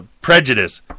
prejudice